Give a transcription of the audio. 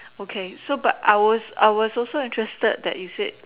okay so but I was I was also interested that you said